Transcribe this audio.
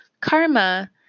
karma